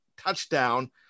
touchdown